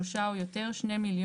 שלושה או יותר - 2,400,000.